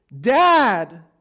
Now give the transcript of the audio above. Dad